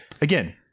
again